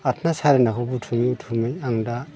आथोना सारेनाखौ बुथुमै बुथुमै आं दा